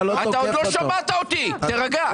אתה עוד לא שמעת אותי, תירגע.